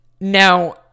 Now